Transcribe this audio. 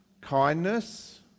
kindness